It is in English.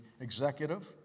executive